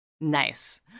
Nice